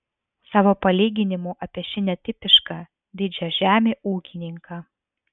savo palyginimu apie šį netipišką didžiažemį ūkininką